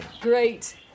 great